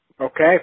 Okay